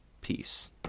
Peace